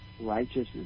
righteousness